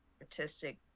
artistic